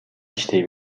иштей